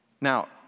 Now